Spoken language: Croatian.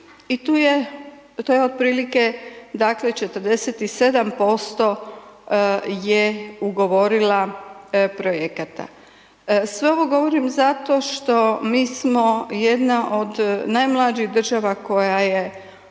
i tu je, to je otprilike, dakle, 47% je ugovorila projekata. Sve ovo govorim zato što mi smo jedna od najmlađih država koja je Europske